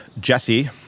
Jesse